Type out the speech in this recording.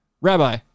Rabbi